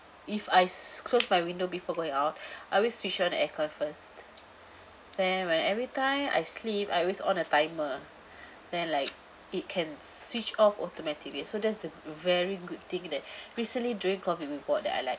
if I close my window before going out I always switch on the aircon first then when everytime I sleep I always on the timer then like it can switch off automatically so that's the very good thing that recently during COVID we bought that I like